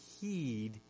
heed